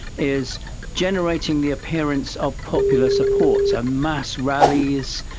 is generating the appearance of popular support. so mass rallies,